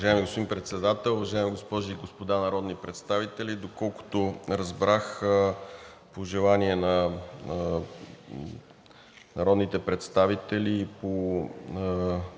уважаеми госпожи и господа народни представители! Доколкото разбрах, по желание на народните представители